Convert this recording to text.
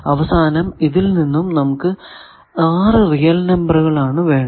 അവസാനം ഇതിൽ നിന്നും നമുക്ക് 6 റിയൽ നമ്പറുകൾ ആണ് വേണ്ടത്